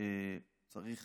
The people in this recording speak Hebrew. צריך